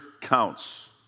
Counts